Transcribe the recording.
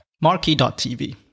Marquee.tv